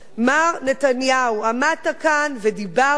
מר נתניהו, עמדת כאן ודיברת.